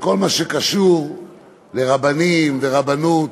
בכל מה שקשור לרבנים, לרבנות.